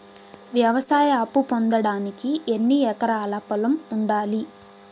వ్యవసాయ అప్పు పొందడానికి ఎన్ని ఎకరాల పొలం ఉండాలి?